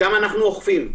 שם אנחנו אוכפים.